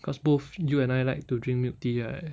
cause both you and I like to drink milk tea right